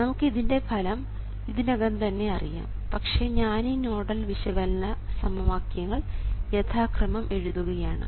നമുക്ക് ഇതിൻറെ ഫലം ഇതിനകം തന്നെ അറിയാം പക്ഷേ ഞാനീ നോഡൽ വിശകലന സമവാക്യങ്ങൾ യഥാക്രമം എഴുതുകയാണ്